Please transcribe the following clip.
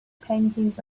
paintings